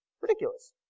Ridiculous